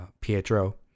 Pietro